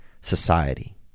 society